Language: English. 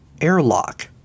Airlock